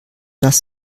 das